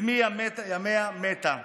בדמי ימיה מתה.